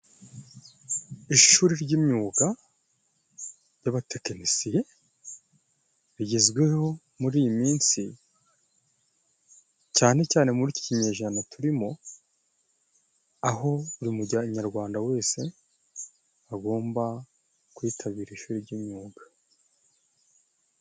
Ishuri ry'imyuga ry'abatekinisiye rigezweho muri iyi misi cyane cyane muri iki kinyejana turimo, aho buri munyarwanda wese agomba kwitabira ishuri ry'imyuga.